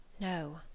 No